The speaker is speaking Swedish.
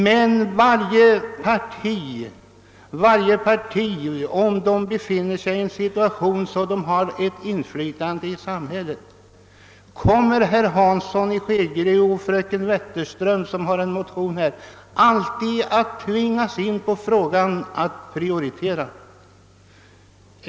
Men varje parti som befinner sig i en sådan situation att det har ett inflytande i samhället kommer — det vill jag säga till fröken Wetterström som har väckt en motion på denna punkt och herr Hansson i Skegrie — alltid att tvingas in på frågan om vad man skall prioritera.